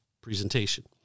presentation